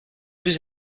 plus